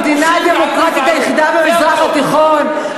במדינה הדמוקרטית היחידה במזרח התיכון?